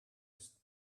ist